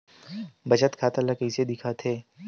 बचत खाता ला कइसे दिखथे?